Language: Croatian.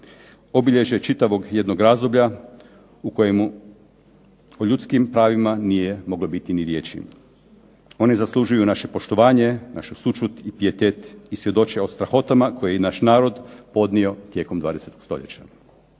obilježje čitavog jednog razdoblja u kojemu o ljudskim pravima nije moglo biti ni riječi. Oni zaslužuju naše poštovanje, našu sućut i pijetet i svjedoče o strahotama koje je i naš narod podnio tijekom 20. stoljeća.